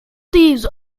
thieves